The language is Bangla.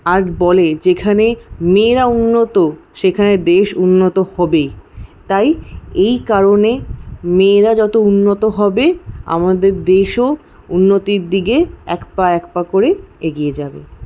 আর বলে যেখানে মেয়েরা উন্নত সেখানে দেশ উন্নত হবেই তাই এই কারণে মেয়েরা যত উন্নত হবে আমাদের দেশও উন্নতির দিকে এক পা এক পা করে এগিয়ে যাবে